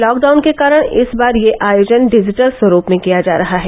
lockdown के कारण इस बार यह आयोजन डिजिटल स्वरूप में किया जा रहा है